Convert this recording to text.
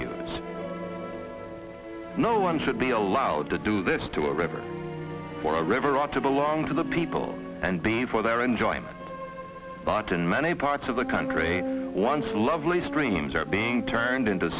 refuse no one should be allowed to do this to a river or a river ought to belong to the people and be for their enjoyment but in many parts of the country once lovely streams are being turned into